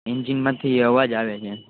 engine માંથી અવાજ આવે છે